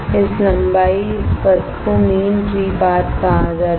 इस लंबाई इस पथ को मीन फ्री पाथ कहा जाता है